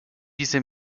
diese